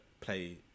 play